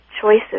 choices